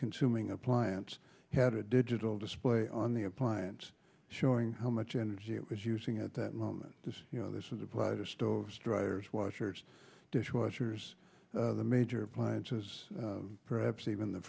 consuming appliance had a digital display on the appliance showing how much energy it was using at that moment you know this was applied to stores dryers washers dishwashers major appliances perhaps even the